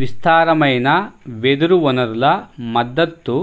విస్తారమైన వెదురు వనరుల మద్ధతు